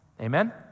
amen